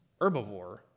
herbivore